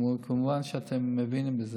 כמובן שאתם מבינים את זה,